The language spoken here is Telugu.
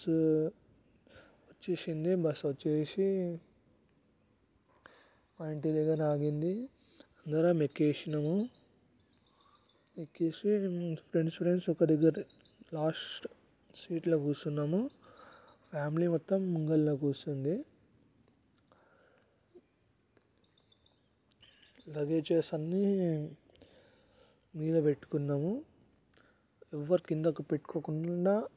బస్సు వచ్చేసింది బస్సు వచ్చేసి మా ఇంటి దగ్గర ఆగింది అందరమూ ఎక్కేసినము ఎక్కేసి ఫ్రెండ్స్ ఫ్రెండ్స్ ఇద్దరూ ఇద్దరమూ లాస్ట్ సీట్లో కూర్చున్నాము ఫ్యామిలీ మొత్తం ముందులో కూర్చుంది లగేజస్ అన్ని మీద పెట్టుకున్నాము ఎవరు కిందకి పెట్టుకోకుండా